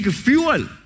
fuel